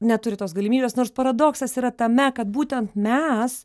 neturi tos galimybės nors paradoksas yra tame kad būtent mes